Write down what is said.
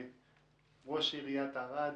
ראש עיריית ערד,